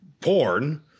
porn